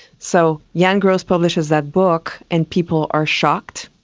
so jan gross publishes that book and people are shocked.